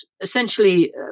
essentially